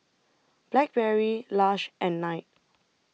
Blackberry Lush and Knight